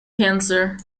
cancer